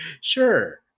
Sure